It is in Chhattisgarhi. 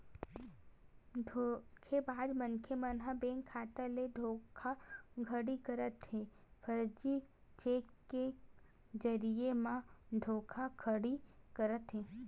धोखेबाज मनखे मन ह बेंक खाता ले धोखाघड़ी करत हे, फरजी चेक के जरिए म धोखाघड़ी करत हे